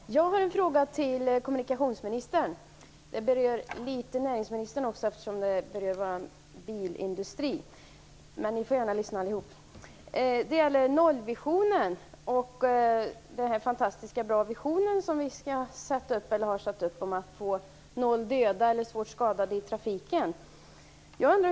Fru talman! Jag har en fråga till kommunikationsministern. Frågan berör också litet grand näringsministern, eftersom den gäller vår bilindustri. Men ni får gärna lyssna allihop. Det gäller nollvisionen, den fantastiskt bra vision som vi har satt upp och som handlar om att få ned antalet döda eller svårt skadade i trafiken till noll.